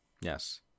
Yes